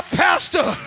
pastor